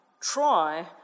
try